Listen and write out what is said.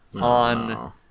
on